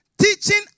Teaching